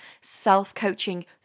self-coaching